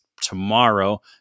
tomorrow